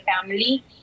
family